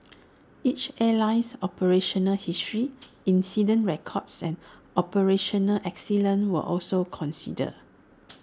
each airline's operational history incident records and operational excellence were also considered